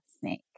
snake